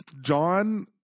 John